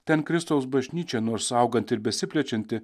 ten kristaus bažnyčia nors auganti ir besiplečianti